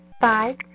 Five